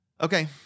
Okay